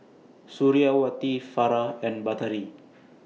Suriawati Farah and Batari